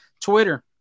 Twitter